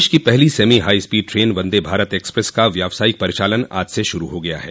देश की पहली semi high speed train Vande Bharat express का व्यावसायिक परिचालन आज से शुरू हो गया है